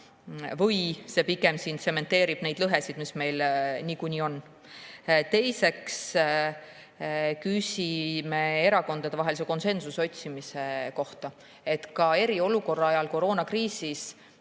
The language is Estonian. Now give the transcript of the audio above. või see pigem tsementeerib neid lõhesid, mis meil niikuinii on. Teiseks küsime erakondadevahelise konsensuse otsimise kohta. Ka eriolukorra ajal, koroonakriisis